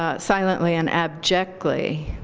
ah silently and abjectly